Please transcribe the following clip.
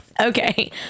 Okay